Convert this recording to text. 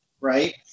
right